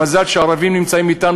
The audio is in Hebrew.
מזל שהערבים נמצאים אתנו,